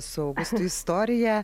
su augustu istoriją